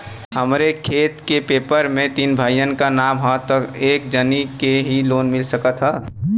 हमरे खेत के पेपर मे तीन भाइयन क नाम ह त का एक जानी के ही लोन मिल सकत ह?